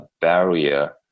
barrier